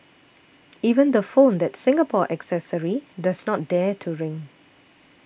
even the phone that Singapore accessory does not dare to ring